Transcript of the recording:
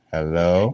Hello